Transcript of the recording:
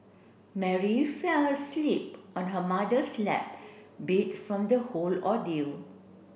Mary fell asleep on her mother's lap beat from the whole ordeal